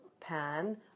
pan